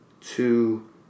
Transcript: two